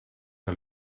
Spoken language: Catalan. que